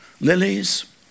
Lilies